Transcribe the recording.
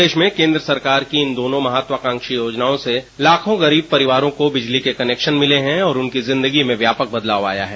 प्रदेश में केंद्र सरकार की इन दोनों महत्वाकांक्षी योनजाओं से लाखों गरीब परिवार को बिजली के कनेक्शन मिले हैं और उनकी जिंदगी में व्यापक बदलाव आया है